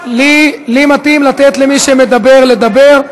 לי מתאים לתת למי שמדבר לדבר.